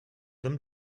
them